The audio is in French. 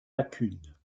lacune